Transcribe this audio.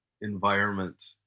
environment